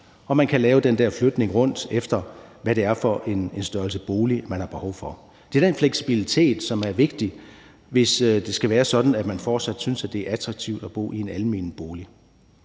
Og man kan lave den der flytning rundt, efter hvad det er for en størrelse bolig, man har behov for. Det er den fleksibilitet, som er vigtig, hvis det skal være sådan, at man fortsat synes, det er attraktivt at bo i en almen bolig.